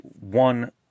one